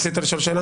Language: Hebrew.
(היו"ר שמחה רוטמן) רצית לשאול שאלה?